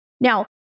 Now